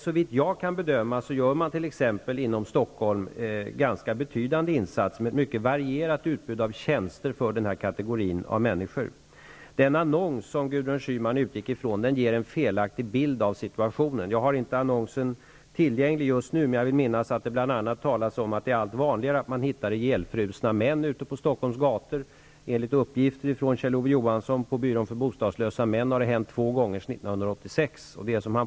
Såvitt jag kan bedöma gör man t.ex. inom Stockholm betydande insatser, med ett mycket varierat utbud av tjänster för denna kategori av människor. Den annons som Gudrun Schyman utgick från ger en felaktig bild av situationen. Jag har inte annonsen tillgänglig just nu, men jag vill minnas att det bl.a. talas om att det är allt vanligare att man hittar ihjälfrusna män ute på Stockholms gator. Enligt uppgifter från Kjell-Ove Johansson på byrån för bostadslösa män, har detta hänt två gånger sedan 1986.